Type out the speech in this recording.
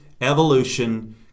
evolution